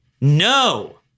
No